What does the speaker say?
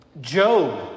Job